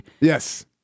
Yes